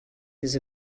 his